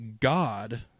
God